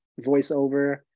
voiceover